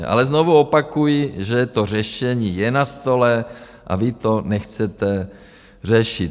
Ale znovu opakuji, že to řešení je na stole a vy to nechcete řešit.